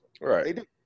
Right